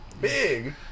big